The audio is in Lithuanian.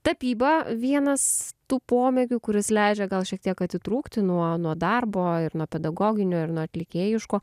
tapyba vienas tų pomėgių kuris leidžia gal šiek tiek atitrūkti nuo nuo darbo ir nuo pedagoginio ir nuo atlikėjiško